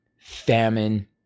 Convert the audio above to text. famine